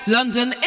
London